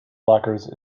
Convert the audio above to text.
blockers